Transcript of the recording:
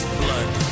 blood